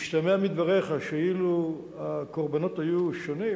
השתמע מדבריך שאילו הקורבנות היו שונים,